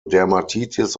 dermatitis